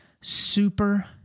super